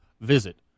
visit